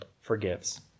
forgives